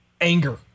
anger